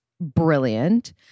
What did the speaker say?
brilliant